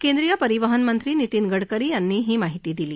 केंद्रीय परिवहन मंत्री नितीन गडकरी यांनी ही माहिती दिली